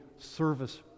service